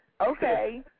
Okay